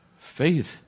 Faith